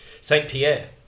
Saint-Pierre